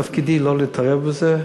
תפקידי לא להתערב בזה.